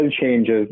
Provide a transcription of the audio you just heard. changes